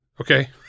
Okay